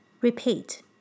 repeat